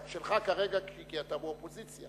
שלך כרגע, כי אתה באופוזיציה.